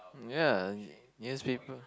ya newspaper